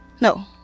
no